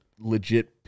legit